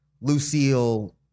Lucille